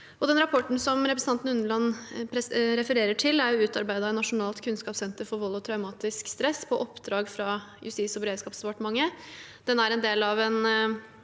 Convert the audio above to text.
rapporten som representanten Unneland refererer til, er utarbeidet av Nasjonalt kunnskapssenter om vold og traumatisk stress på oppdrag fra Justis- og beredskapsdepartementet.